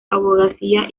abogacía